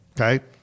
Okay